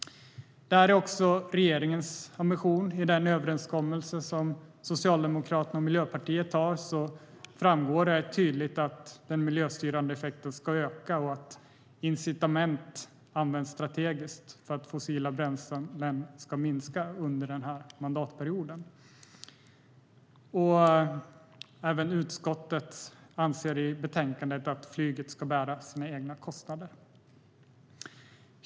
Detta är också regeringens ambition. I den överenskommelse som Socialdemokraterna och Miljöpartiet har framgår det tydligt att den miljöstyrande effekten ska öka och att incitament ska användas strategiskt för att fossila bränslen ska minska under mandatperioden. Utskottet anser också i betänkandet att flyget ska bära sina egna kostnader.